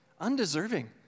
undeserving